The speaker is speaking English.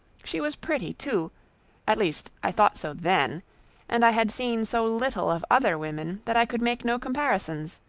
she was pretty too at least i thought so then and i had seen so little of other women, that i could make no comparisons,